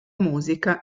musica